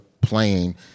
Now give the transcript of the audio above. playing